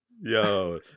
Yo